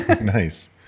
Nice